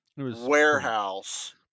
warehouse